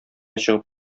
чыгып